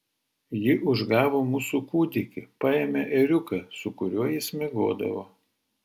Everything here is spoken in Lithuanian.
ji užgavo mūsų kūdikį paėmė ėriuką su kuriuo jis miegodavo